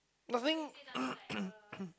nothing